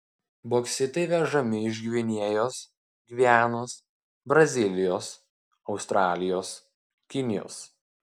boksitai vežami iš gvinėjos gvianos brazilijos australijos kinijos